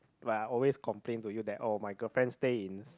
like I always complain to you that oh my girlfriend stay in